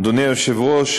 אדוני היושב-ראש,